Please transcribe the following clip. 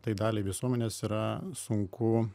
tai daliai visuomenės yra sunku